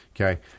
Okay